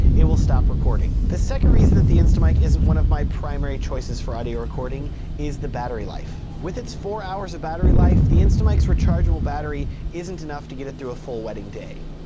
it will stop recording. the second reason that the instamic isn't one of my primary choices for audio recording is the battery life. with it's four hours of battery life, the instamic's rechargeable battery isn't enough to get it through a full wedding day.